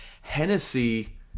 Hennessy